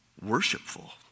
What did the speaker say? worshipful